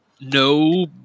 No